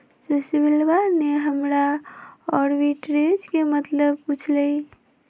सुशीलवा ने हमरा आर्बिट्रेज के मतलब पूछ लय